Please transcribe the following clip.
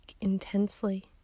intensely